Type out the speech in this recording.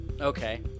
Okay